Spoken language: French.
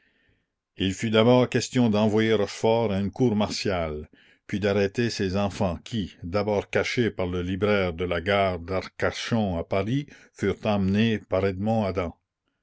il fut d'abord question d'envoyer rochefort à une cour martiale puis d'arrêter ses enfants qui d'abord cachés par le libraire de la gare d'arcachon à paris furent emmenés par